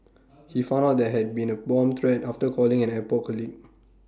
he found out there had been A bomb threat after calling an airport colleague